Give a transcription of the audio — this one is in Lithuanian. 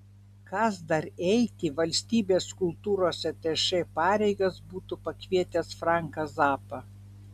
kas dar eiti valstybės kultūros atašė pareigas būtų pakvietęs franką zappą